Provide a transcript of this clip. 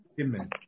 Amen